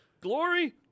glory